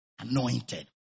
Anointed